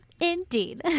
indeed